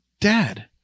dad